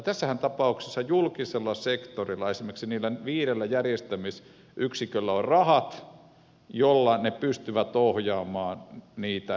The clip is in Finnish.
tässähän tapauksessa julkisella sektorilla esimerkiksi niillä viidellä järjestämisyksiköllä on rahat joilla ne pystyvät ohjaamaan niitä ja johtamaan